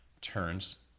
turns